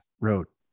wrote